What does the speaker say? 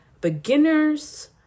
beginners